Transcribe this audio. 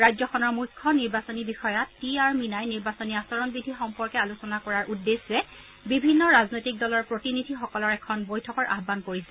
ৰাজ্যখনৰ মুখ্য নিৰ্বাচনী বিষয়া টি আৰ মিনাই নিৰ্বাচনী আচৰণ বিধি সম্পৰ্কে আলোচনা কৰাৰ উদ্দেশ্যে বিভিন্ন ৰাজনৈতিক দলৰ প্ৰতিনিধিসকলৰ এখন বৈঠকৰ আহান কৰিছে